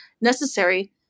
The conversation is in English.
necessary